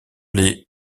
les